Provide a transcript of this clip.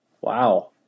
Wow